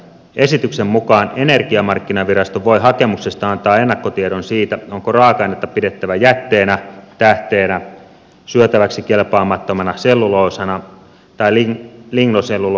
esityksen mukaan energiamarkkinavirasto voi hakemuksestaan antaa ennakkotiedon siitä onko raaka ainetta pidettävä jätteenä tähteenä syötäväksi kelpaamattomana selluloosana tai lignoselluloosana